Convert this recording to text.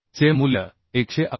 चे मूल्य 111